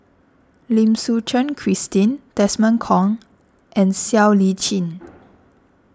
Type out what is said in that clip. Lim Suchen Christine Desmond Kon and Siow Lee Chin